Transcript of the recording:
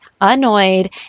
annoyed